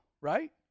right